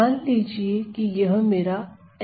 मान लीजिए कि यह मेरा एन्वॉलप है